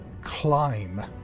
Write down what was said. climb